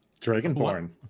Dragonborn